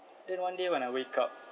then one day when I wake up